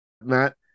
Matt